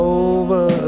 over